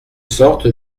sorte